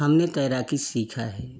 हमने तैराकी सीखा है